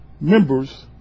members